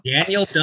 Daniel